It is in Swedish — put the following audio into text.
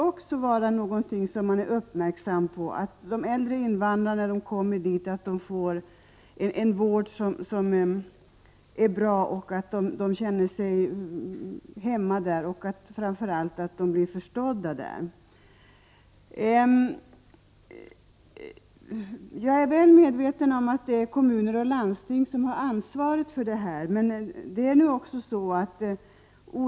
också måste uppmärksammas. De äldre invandrarna måste i det sammanhanget få en bra vård. De måste kunna känna sig hemma i t.ex. ett servicehus. Framför allt måste de bli förstådda. Jag är väl medveten om att det är kommunerna och landstingen som har ansvaret för dessa saker.